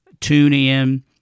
TuneIn